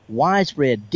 widespread